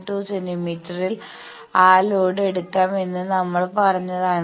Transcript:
2 സെന്റീമീറ്ററിൽ ആ ലോഡ് എടുക്കാം എന്ന് നമ്മൾ പറഞ്ഞതാണ്